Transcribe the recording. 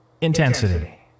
Intensity